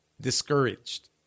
discouraged